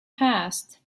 passed